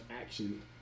action